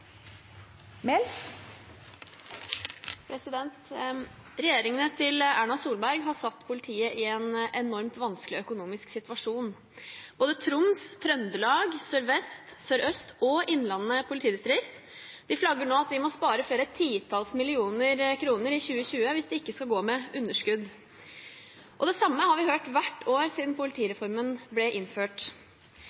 Regjeringene til Erna Solberg har satt politiet i en enormt vanskelig økonomisk situasjon. Både Troms, Trøndelag, Sør-Vest, Sør-Øst og Innlandet politidistrikt flagger nå at de må spare flere titalls millioner kroner i 2020 hvis de ikke skal gå med underskudd. Det samme har vi hørt hvert år siden